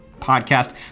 podcast